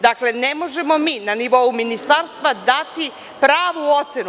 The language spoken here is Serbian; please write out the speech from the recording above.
Dakle, ne možemo mi na nivou Ministarstva dati pravu ocenu.